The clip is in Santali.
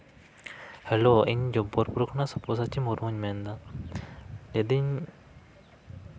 ᱦᱮᱞᱳ ᱤᱧ ᱡᱚᱵᱵᱚᱞᱯᱩᱨ ᱠᱷᱚᱱᱟᱜ ᱥᱚᱵᱵᱚᱥᱚᱪᱤ ᱢᱩᱨᱢᱩᱧ ᱢᱮᱱᱫᱟ ᱞᱟᱹᱭᱫᱟᱹᱧ